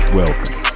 welcome